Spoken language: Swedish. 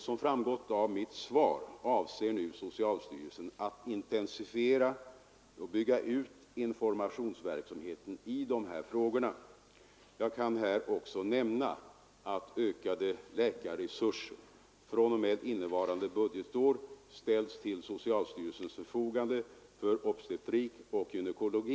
Som framgått av mitt svar avser nu socialstyrelsen att intensifiera och bygga ut informationsverksamheten i de här frågorna. Jag kan här också nämna att ökade läkarresurser fr.o.m. innevarande Nr 10 budgetår ställts till socialstyrelsens förfogande för obstetrik och gyneko Torsdagen den logi.